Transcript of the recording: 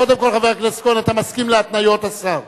קודם כול, חבר הכנסת כהן, אתה מסכים להתניות השר?